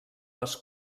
les